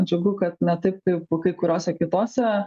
džiugu kad na taip kaip kai kuriose kitose